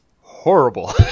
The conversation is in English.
horrible